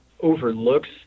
overlooks